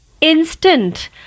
instant